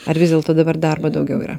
ar vis dėlto dabar darbo daugiau yra